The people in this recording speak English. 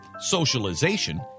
socialization